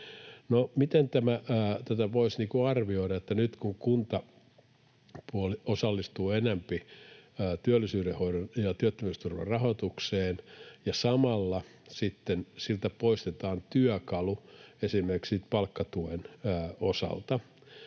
miten tätä voisi arvioida: Nyt kuntapuoli osallistuu enempi työllisyyden hoidon ja työttömyysturvan rahoitukseen, ja samalla sitten siltä poistetaan työkalu esimerkiksi palkkatuen osalta,